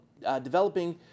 developing